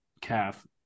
calf